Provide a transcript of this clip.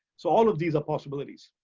so all of these are possibilities.